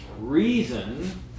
reason